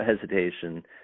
hesitation